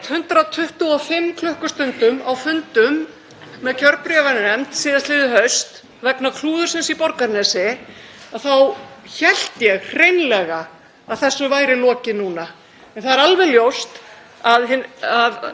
125 klukkustundum á fundum með kjörbréfanefnd síðastliðið haust vegna klúðursins í Borgarnesi hélt ég hreinlega að þessu væri lokið núna. En það er alveg ljóst að